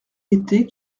était